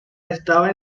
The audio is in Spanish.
estaba